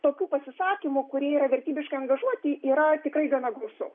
tokių pasisakymų kurie yra vertybiškai angažuoti yra tikrai gana gausu